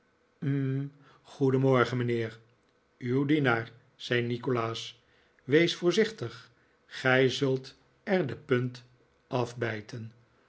hm goedenmorgen mijnheer uw dienaar zei nikolaas wees voorzichtig gij zult er de punt afbijten